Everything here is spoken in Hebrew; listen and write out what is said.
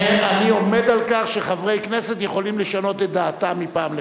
אני עומד על כך שחברי כנסת יכולים לשנות את דעתם מפעם לפעם.